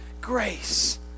grace